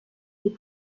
les